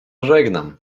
żegnam